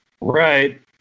Right